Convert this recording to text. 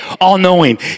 all-knowing